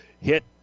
hit